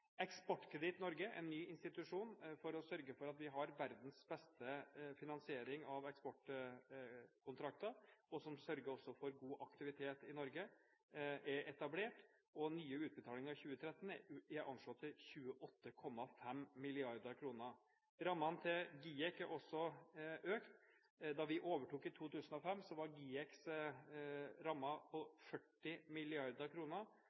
Eksportkreditt Norge, en ny institusjon for å sørge for at vi har verdens beste finansiering av eksportkontrakter, som også sørger for god aktivitet i Norge, er etablert, og nye utbetalinger i 2013 er anslått til 28,5 mrd. kr. Rammene til GIEK er også økt. Da vi overtok i 2005, var GIEKs rammer på